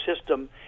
system